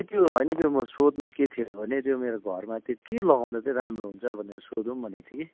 ए त्यो होइन त्यो म सोध्नु के थियो भने त्यो मेरो घरमा त्यही के लगाउँदा चाहिँ राम्रो हुन्छ भनेर सोधौँ भनेको थिएँ कि